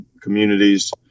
communities